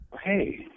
hey